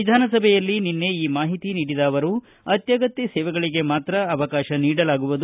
ವಿಧಾನಸಭೆಯಲ್ಲಿ ಈ ಮಾಹಿತಿ ನೀಡಿದ ಅವರು ಅತ್ಯಗತ್ತ ಸೇವೆಗಳಿಗೆ ಮಾತ್ರ ಅವಕಾತ ನೀಡಲಾಗುವುದು